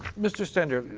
mr. stender,